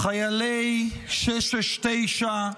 חיילי 669,